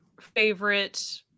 favorite